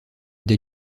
des